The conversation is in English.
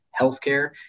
healthcare